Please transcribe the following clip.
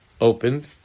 opened